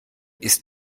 ist